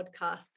podcasts